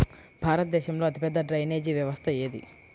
భారతదేశంలో అతిపెద్ద డ్రైనేజీ వ్యవస్థ ఏది?